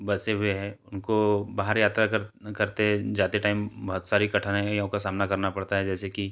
बसे हुए है उनको बाहर यात्रा करते जाते टाइम बहुत सारी कठिनाइयों का सामना करना पड़ता है जैसे कि